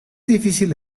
difícil